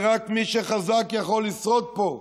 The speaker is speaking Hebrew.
רק מי שחזק יכול לשרוד פה,